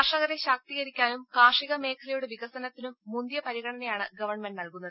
കർഷകരെ ശാക്തീകരിക്കാനും കാർഷിക മേഖലയുടെ വികസനത്തിനും മുന്തിയ പരിഗണനയാണ് ഗവൺമെന്റ് നൽകുന്നത്